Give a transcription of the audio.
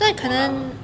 ang moh lang